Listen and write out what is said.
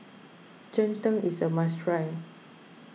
Cheng Tng is a must try